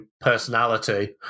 personality